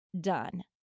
done